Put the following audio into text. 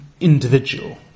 individual